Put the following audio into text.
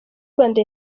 rwanda